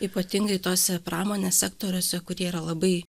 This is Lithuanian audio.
ypatingai tose pramonės sektoriuose kurie yra labai